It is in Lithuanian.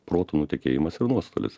protų nutekėjimas ir nuostolis